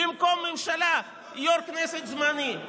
במקום ממשלה, יו"ר כנסת זמני.